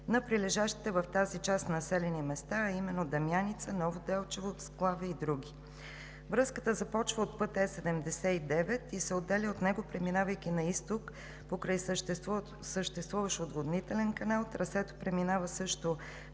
на прилежащите в тази част населени места, а именно Дамяница, Ново Делчево, Склаве и други. Връзката започва от път Е-79 и се отделя от него, преминавайки на изток покрай съществуващ отводнителен канал. Трасето преминава също